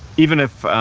even if,